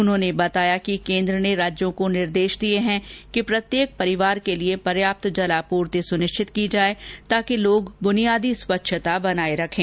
उन्होंने बताया कि केन्द्र ने राज्यों को निर्देश दिए है कि प्रत्येक परिवार के लिए पर्याप्त जलापूर्ति सुनिश्चित की जाए ताकि लोग बुनियादी स्वच्छता बनाए रखे